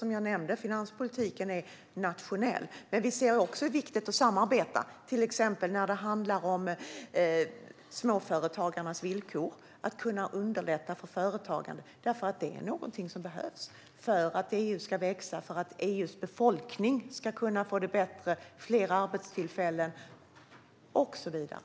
Som jag nämnde är finanspolitiken nationell, men vi ser också vikten av att samarbeta, till exempel när det handlar om småföretagarnas villkor och att kunna underlätta för företagande, för detta är något som behövs för att EU ska växa, för att EU:s befolkning ska få det bättre, för att få fler arbetstillfällen och så vidare.